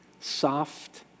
Soft